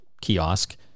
kiosk